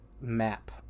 map